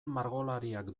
margolariak